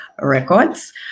records